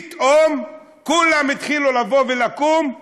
פתאום כולם התחילו לקום,